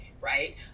right